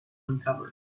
uncovered